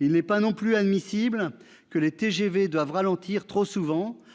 Il n'est pas non plus admissible que les TGV soient trop souvent